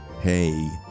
hey